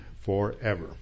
forever